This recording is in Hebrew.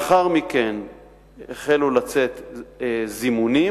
לאחר מכן החלו לצאת זימונים,